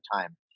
time